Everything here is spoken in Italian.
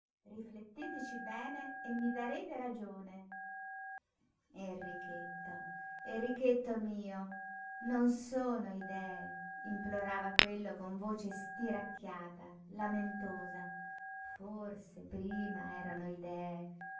rifletteteci bene e mi darete ragione enrichetto enrichetto mio non sono idee implorava quello con voce stiracchiata lamentosa forse prima erano idee